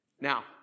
Now